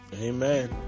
amen